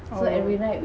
oo